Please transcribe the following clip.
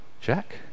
Jack